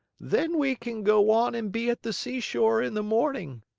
then we can go on and be at the seashore in the morning.